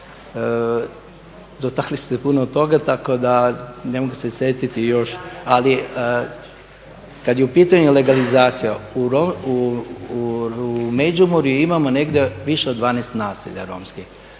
Dotakli ste puno toga tako da ne mogu se sjetiti još ali kad je u pitanju legalizacija u Međimurju imamo negdje više od 12 naselja romskih.